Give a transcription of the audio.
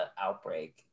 outbreak